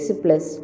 plus